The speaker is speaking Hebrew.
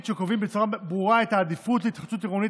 שקובעים בצורה ברורה את העדיפות להתחדשות עירונית